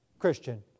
christian